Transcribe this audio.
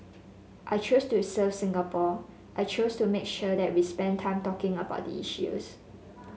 I chose to serve Singapore I chose to make sure that we spend time talking about the issues